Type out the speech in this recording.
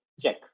check